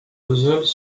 puzzles